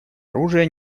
оружия